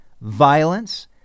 violence